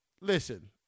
listen